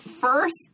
first